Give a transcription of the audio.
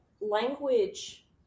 language